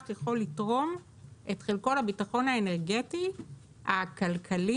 יכול לתרום את חלקו לביטחון האנרגטי והכלכלי,